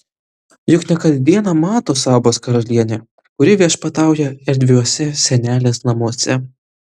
juk ne kas dieną mato sabos karalienę kuri viešpatauja erdviuose senelės namuose